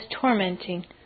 tormenting